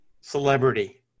celebrity